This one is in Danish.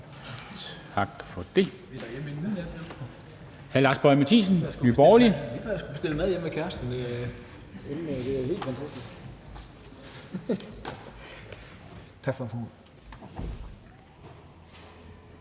Tak for det.